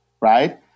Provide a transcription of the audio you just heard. Right